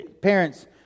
Parents